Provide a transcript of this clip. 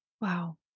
wow